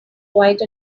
quite